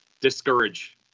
discourage